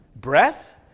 breath